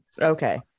okay